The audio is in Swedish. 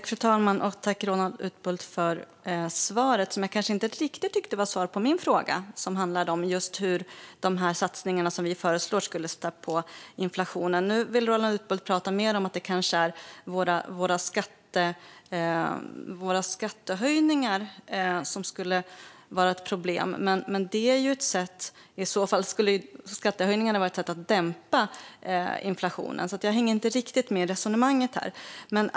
Fru talman! Jag tackar Roland Utbult för svaret som jag inte riktigt tyckte var svaret på min fråga, som handlade om hur de satsningar som vi föreslår skulle spä på inflationen. Nu vill Roland Utbult prata mer om att det kanske är våra skattehöjningar som skulle vara ett problem. Men skattehöjningarna skulle i så fall vara ett sätt att dämpa inflationen. Jag hänger därför inte riktigt med i resonemanget här.